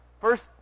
First